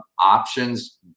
options